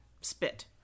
spit